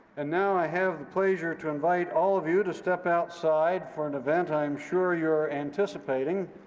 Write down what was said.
and now, i have the pleasure to invite all of you to step outside for an event i'm sure you're anticipating,